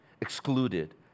excluded